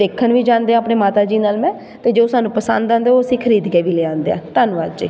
ਦੇਖਣ ਵੀ ਜਾਂਦੇ ਹਾਂ ਆਪਣੇ ਮਾਤਾ ਜੀ ਨਾਲ ਮੈਂ ਅਤੇ ਜੋ ਸਾਨੂੰ ਪਸੰਦ ਆਉਂਦਾ ਉਹ ਅਸੀਂ ਖਰੀਦ ਕੇ ਵੀ ਲਿਆਉਂਦੇ ਹਾਂ ਧੰਨਵਾਦ ਜੀ